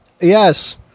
Yes